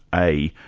a,